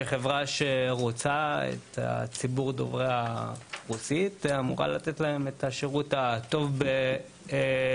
שחברה שרוצה את הציבור דובר הרוסית אמורה לתת להם את השירות הטוב ביותר,